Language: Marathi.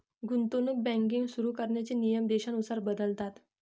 गुंतवणूक बँकिंग सुरु करण्याचे नियम देशानुसार बदलतात